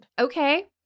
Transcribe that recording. Okay